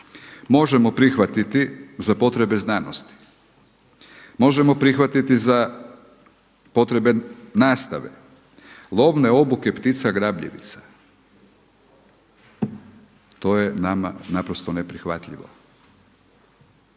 Možemo prihvatiti za potrebe znanosti, možemo prihvatiti za potrebe nastave lovne obuke ptica grabljivica. To je nama naprosto neprihvatljivo.